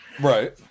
right